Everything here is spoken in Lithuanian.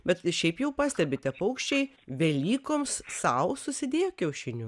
bet šiaip jau pastebite paukščiai velykoms sau susidėjo kiaušinių